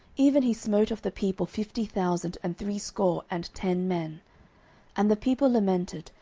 even he smote of the people fifty thousand and threescore and ten men and the people lamented,